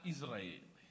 Israel